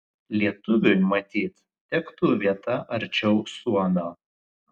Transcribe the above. lietuviui matyt tektų vieta arčiau suomio